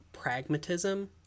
pragmatism